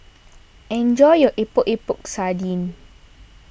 enjoy your Epok Epok Sardin